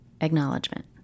acknowledgement